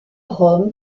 rome